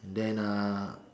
then ah